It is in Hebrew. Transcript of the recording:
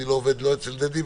אני לא עובד אצל דדי,